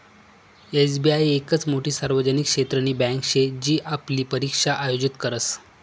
SBI येकच मोठी सार्वजनिक क्षेत्रनी बँके शे जी आपली परीक्षा आयोजित करस